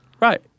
Right